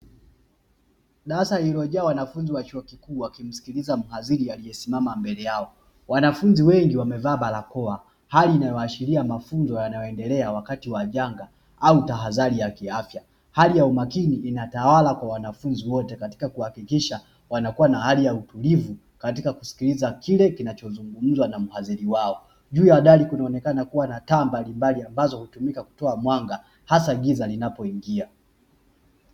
Darasa lililojaa wanafunzi wa chuo kikuu wakimsikiliza mhadhiri aliyesimama mbele yao. Wanafunzi wengi wamevaa barakoa hali inayoashiria mafunzo yanayoendelea wakati wa janga au tahadhari ya kiafya, hali ya umakini inatawala kwa wanafunzi wote katika kuhakikisha wanakuwa na hali ya utulivu, katika kusikiliza kile kinachozungumzwa na mhadhiri wao. Juu ya dari kunaonekana kuwa na taa mbalimbali ambazo hutumika kutoa mwanga hasa giza linapoingia.